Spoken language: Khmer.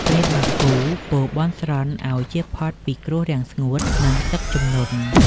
ព្រាហ្មណ៍បាគូពោលបន់ស្រន់ឱ្យចៀសផុតពីគ្រោះរាំងស្ងួត និងទឹកជំនន់។